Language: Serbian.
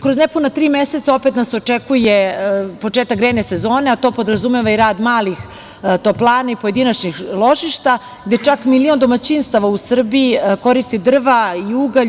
Kroz nepuna tri meseca opet nas očekuje početak grejne sezone, a to podrazumeva i rad malih toplana i pojedinačnih ložišta, gde čak milion domaćinstava u Srbiji koristi drva i ugalj.